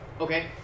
Okay